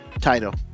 title